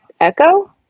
Echo